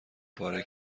پاره